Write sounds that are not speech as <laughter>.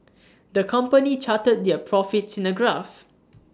<noise> the company charted their profits in A graph